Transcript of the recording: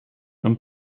een